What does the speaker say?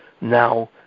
now